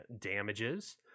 damages